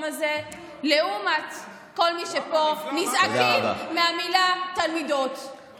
הזה לעומת כל מי שפה נזעקים מהמילה תלמידות.